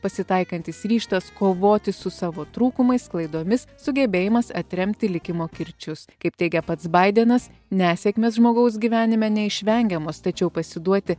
pasitaikantis ryžtas kovoti su savo trūkumais klaidomis sugebėjimas atremti likimo kirčius kaip teigia pats baidenas nesėkmės žmogaus gyvenime neišvengiamos tačiau pasiduoti